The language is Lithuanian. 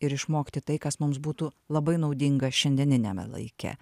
ir išmokti tai kas mums būtų labai naudinga šiandieniniame laike